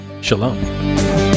Shalom